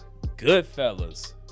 Goodfellas